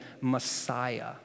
messiah